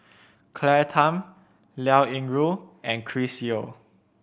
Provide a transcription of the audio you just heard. Claire Tham Liao Yingru and Chris Yeo